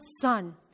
son